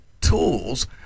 tools